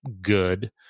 good